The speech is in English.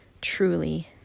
truly